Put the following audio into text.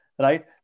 right